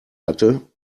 hatte